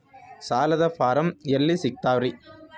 ಸಾಲದ ಫಾರಂ ಎಲ್ಲಿ ಸಿಕ್ತಾವ್ರಿ?